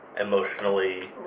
emotionally